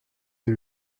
est